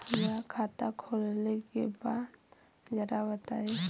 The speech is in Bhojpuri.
हमरा खाता खोले के बा जरा बताई